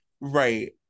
Right